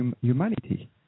humanity